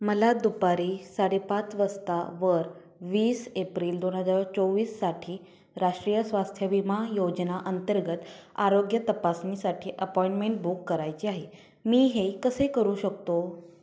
मला दुपारी साडेपाच वाजता वर वीस एप्रिल दोन हजार चोवीससाठी राष्ट्रीय स्वास्थ्य विमा योजना अंतर्गत आरोग्य तपासणीसाठी अपॉइंटमेंट बुक करायची आहे मी हे कसे करू शकतो